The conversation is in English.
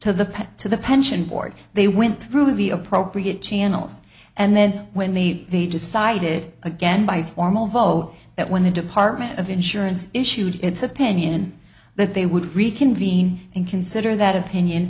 to the to the pension board they went through the appropriate channels and then when the decided again by formal vote that when the department of insurance issued its opinion that they would reconvene and consider that opinion